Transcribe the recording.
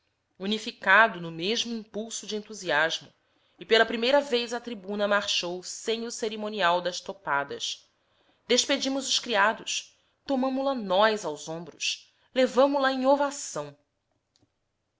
unificado no mesmo impulso de entusiasmo e pela primeira vez a tribuna marchou sem o ceri monial das topadas despedimos os criados tomamo la nós aos ombros levamo la em ovação